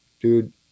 dude